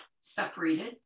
separated